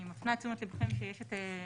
אני מפנה את תשומת ליבכם שיש לכולכם